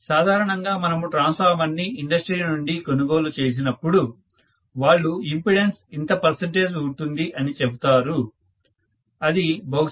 సాధారణంగా మనము ట్రాన్స్ఫార్మర్ ని ఇండస్ట్రీ నుండి కొనుగోలు చేసినప్పుడు వాళ్ళు ఇంపెడెన్స్ ఇంత పెర్సెంటేజ్ ఉంటుంది అని చెప్తారు అది బహుశా 0